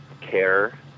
care